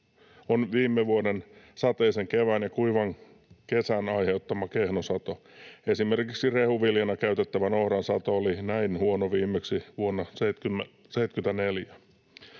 on viime vuoden sateisen kevään ja kuivan kesän aiheuttama kehno sato. Esimerkiksi rehuviljana käytettävän ohran sato oli näin huono viimeksi vuonna 74.